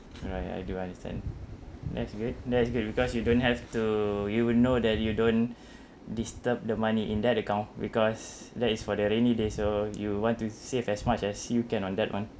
ya ya I do understand that's good that's good because you don't have to you will know that you don't disturb the money in that account because that is for the rainy days so you want to save as much as you can on that [one]